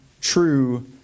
true